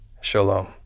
Shalom